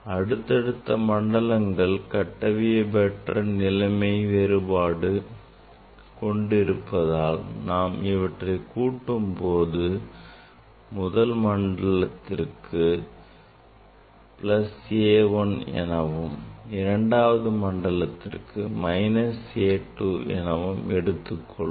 அடுத்தடுத்த மண்டலங்கள் கட்டவியைபற்ற நிலைமை வேறுபாடு கொண்டு இருப்பதால் நாம் இவற்றை கூட்டும் போது முதல் மண்டலத்திற்கு plus A 1 எனவும் இரண்டாவது மண்டலத்திற்கு minus A 2 எனவும் எடுத்துக் கொள்வோம்